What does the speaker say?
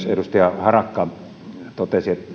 edustaja harakka totesi